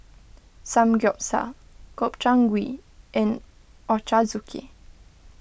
Samgyeopsal Gobchang Gui and Ochazuke